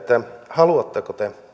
haluatteko te